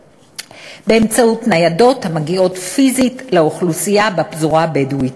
באמצעות ניידות המגיעות פיזית לאוכלוסייה בפזורה הבדואית.